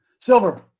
Silver